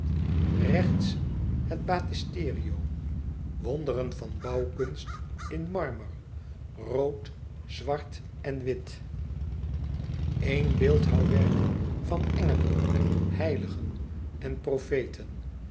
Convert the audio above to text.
rechts het battisterio wonderen van bouwkunst in marmer rood zwart en wit éen beeldhouwwerk van engelen heiligen en profeten